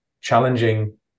challenging